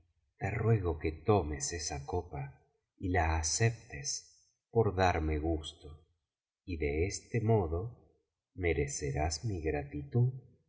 te ruego que tomes esa copa y la aceptes por darme gusto y de este modo merecerás mi gratitud